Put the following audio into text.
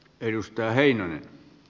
arvoisa puhemies